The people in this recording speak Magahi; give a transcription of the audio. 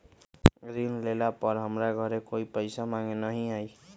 ऋण लेला पर हमरा घरे कोई पैसा मांगे नहीं न आई?